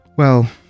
Well